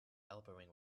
elbowing